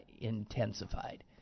intensified